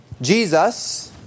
Jesus